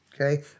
okay